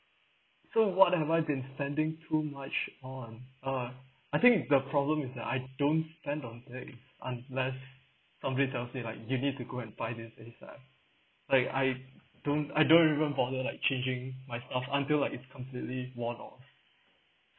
so what am I been spending too much on uh I think the problem is that I don't spend on things unless somebody tells me like you need to go and find this like I don't I don't even bother like changing myself until like it's completely worn off